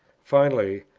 finally,